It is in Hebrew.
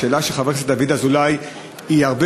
השאלה של חבר הכנסת דוד אזולאי היא הרבה